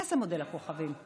מה זה מודל הכוכבים?